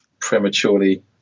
prematurely